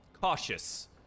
cautious